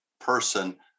person